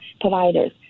providers